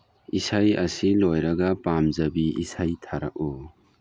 ꯏꯁꯩ ꯑꯁꯤ ꯂꯣꯏꯔꯒ ꯄꯥꯝꯖꯕꯤ ꯏꯁꯩ ꯊꯥꯔꯛꯎ